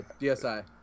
DSi